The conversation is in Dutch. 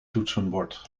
toetsenbord